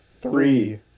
Three